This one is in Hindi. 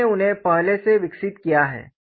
हमने उन्हें पहले विकसित किया है